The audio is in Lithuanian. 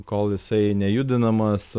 kol jisai nejudinamas